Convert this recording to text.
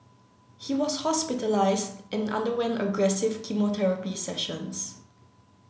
he was hospitalised and underwent aggressive chemotherapy sessions